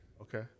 Okay